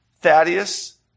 Thaddeus